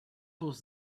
was